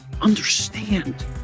Understand